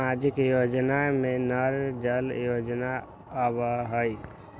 सामाजिक योजना में नल जल योजना आवहई?